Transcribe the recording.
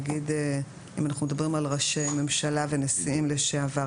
נגיד אם אנחנו מדברים על ראשי ממשלה ונשיאים לשעבר ,